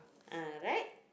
ah right